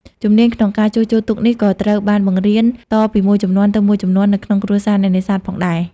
ជំនាញក្នុងការជួសជុលទូកនេះ ក៏ត្រូវបានបង្រៀនតពីមួយជំនាន់ទៅមួយជំនាន់នៅក្នុងគ្រួសារអ្នកនេសាទផងដែរ។